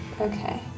Okay